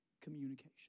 communication